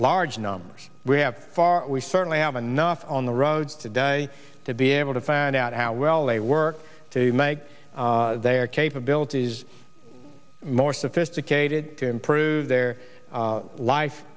large numbers we have we certainly have enough on the roads today to be able to find out how well they work to make their capabilities more sophisticated to improve their life